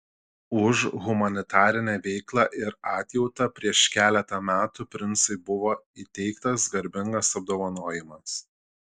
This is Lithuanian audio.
už humanitarinę veiklą ir atjautą prieš keletą metų princui buvo įteiktas garbingas apdovanojimas